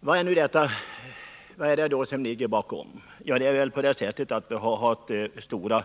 Vad ligger då bakom utvecklingen i Värmland? Vi har stora